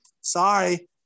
sorry